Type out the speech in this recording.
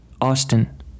Austin